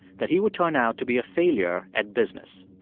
that he would turn out to be a failure at business.